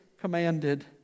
commanded